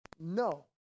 no